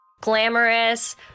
Glamorous